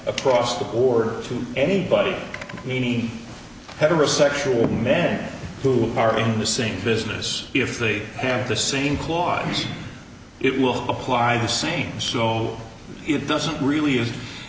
across the order to anybody any heterosexual men who are in the same business if they have the same clause it will apply the same so it doesn't really